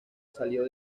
salió